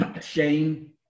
Shame